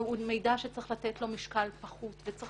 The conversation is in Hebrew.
והוא מידע שצריך לתת לו משקל פחות וצריך